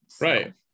right